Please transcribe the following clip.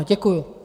Děkuju.